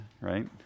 right